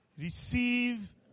Receive